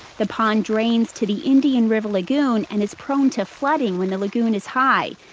the pond drains to the indian river lagoon and is prone to flooding when the lagoon is high.